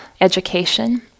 education